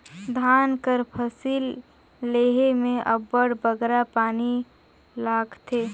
धान कर फसिल लेहे में अब्बड़ बगरा पानी लागथे